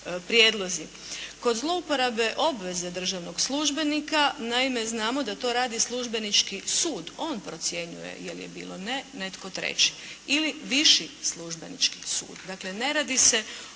prijedlozi. Kod zlouporabe obveze državnog službenika naime znamo da to radi službenički sud, on procjenjuje je li bilo ili ne, netko treći ili viši službenički sud. Dakle, ne radi se